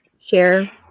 share